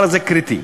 קריטי.